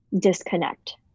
disconnect